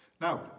Now